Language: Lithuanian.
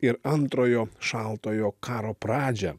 ir antrojo šaltojo karo pradžią